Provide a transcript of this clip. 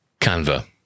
Canva